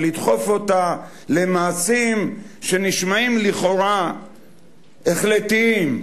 ולדחוף אותה למעשים שנשמעים לכאורה החלטיים,